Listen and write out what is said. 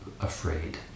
afraid